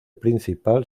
principal